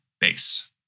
base